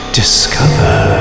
discover